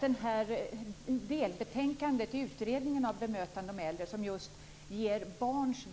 Fru talman!